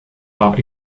are